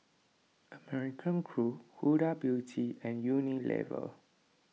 American Crew Huda Beauty and Unilever